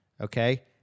okay